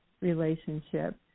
relationship